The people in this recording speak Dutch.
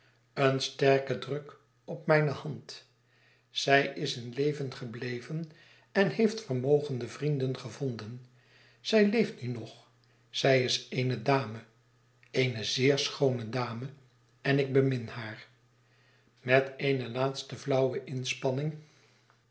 een sterke druk op mijne hand zij is in leven gebleven en heeft vermogende vrienden gevonden zij leeft nu nog zij is eene dame eene zeer schoone dame en ik bemin haar met eene laatste flauwe inspanning